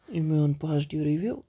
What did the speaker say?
یہِ میون positive review